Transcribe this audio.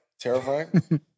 terrifying